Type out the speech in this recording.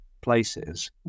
places